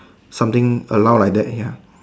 something allow like that here